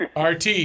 RT